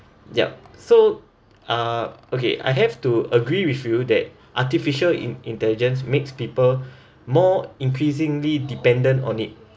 yup so uh okay I have to agree with you that artificial in~ intelligence makes people more increasingly dependent on it